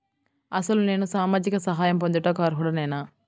అసలు నేను సామాజిక సహాయం పొందుటకు అర్హుడనేన?